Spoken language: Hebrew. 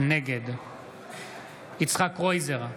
נגד יצחק קרויזר,